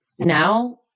Now